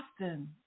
often